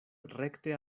rekte